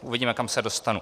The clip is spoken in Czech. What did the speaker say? Uvidíme, kam se dostanu.